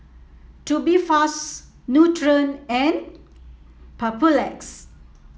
Tubifast Nutren and Papulex